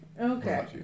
Okay